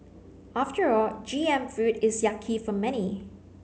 after all G M food is yucky for many